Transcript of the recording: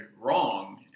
wrong